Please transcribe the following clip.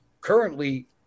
currently